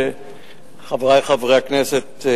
חברי חברי הכנסת,